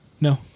No